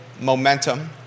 momentum